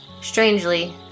Strangely